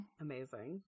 Amazing